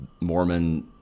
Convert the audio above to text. Mormon